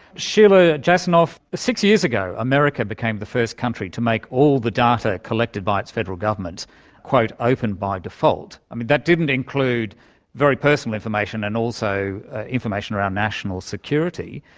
sheila jasanoff, six years ago america became the first country to make all the data collected by its federal government open by default. that didn't include very personal information and also information around national security.